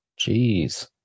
Jeez